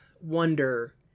wonder